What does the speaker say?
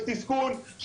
של תסכול,